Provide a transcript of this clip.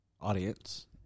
audience